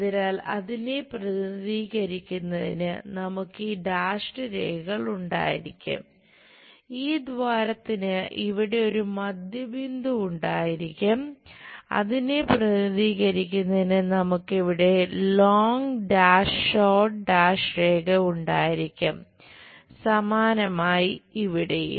അതിനാൽ അതിനെ പ്രതിനിധീകരിക്കുന്നതിന് നമുക്ക് ഈ ഡാഷ്ഡ് രേഖ ഉണ്ടായിരിക്കും സമാനമായി ഇവിടെയും